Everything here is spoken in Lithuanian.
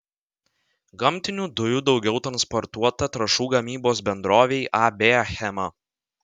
gamtinių dujų daugiau transportuota trąšų gamybos bendrovei ab achema